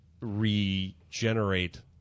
regenerate